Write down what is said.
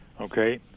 Okay